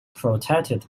protected